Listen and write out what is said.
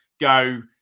go